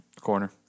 Corner